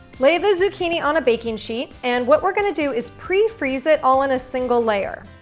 lay the zucchini on a baking sheet and what we're gonna do is pre-freeze it all in a single layer.